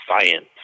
science